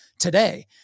today